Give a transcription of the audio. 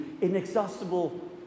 inexhaustible